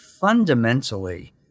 fundamentally